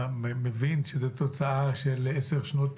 בדרך כלל הפיקוח הוא רק צעקות,